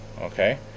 okay